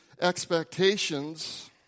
expectations